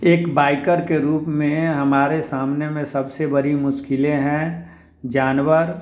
एक बाइकर के रूप में हमारे सामने में सब से बड़ी मुश्किलें हैं जानवर